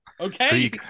Okay